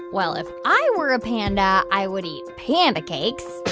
well, if i were a panda, i would eat panda cakes.